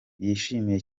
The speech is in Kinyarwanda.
yishimiye